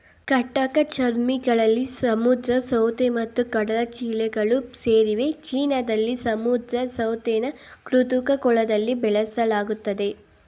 ಕಂಟಕಚರ್ಮಿಗಳಲ್ಲಿ ಸಮುದ್ರ ಸೌತೆ ಮತ್ತು ಕಡಲಚಿಳ್ಳೆಗಳು ಸೇರಿವೆ ಚೀನಾದಲ್ಲಿ ಸಮುದ್ರ ಸೌತೆನ ಕೃತಕ ಕೊಳದಲ್ಲಿ ಬೆಳೆಸಲಾಗ್ತದೆ